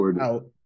out